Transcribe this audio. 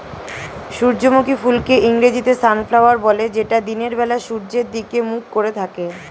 সূর্যমুখী ফুলকে ইংরেজিতে সানফ্লাওয়ার বলে যেটা দিনের বেলা সূর্যের দিকে মুখ করে থাকে